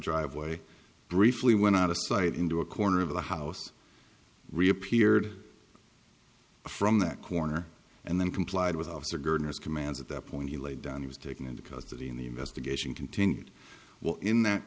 driveway briefly went out of sight into a corner of the house reappeared from that corner and then complied with officer gardner's commands at that point he laid down he was taken into custody in the investigation continued well in that